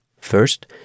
First